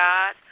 God